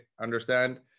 understand